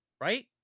right